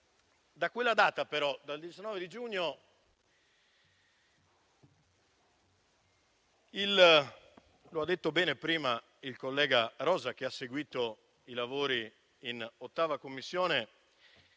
Da quella data però, dal 19 giugno - come ha detto il collega Rosa, che ha seguito i lavori in 8a Commissione